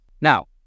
Now